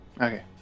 Okay